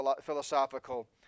philosophical